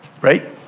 right